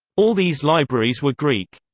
all these libraries were greek.